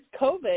COVID